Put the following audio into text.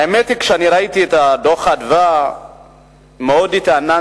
האמת היא שכשראיתי את דוח "מרכז אדוה" מאוד